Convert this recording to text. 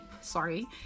Sorry